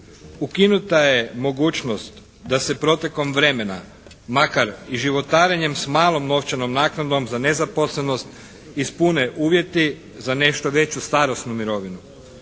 Ukinuta je mogućnost da se protekom vremena makar i životarenjem s malom novčanom naknadom za nezaposlenost ispune uvjeti za nešto veću starosnu mirovinu.